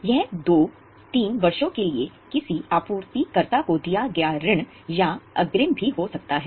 यह दो तीन वर्षों के लिए किसी आपूर्तिकर्ता को दिया गया ऋण या अग्रिम भी हो सकता है